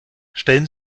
stellen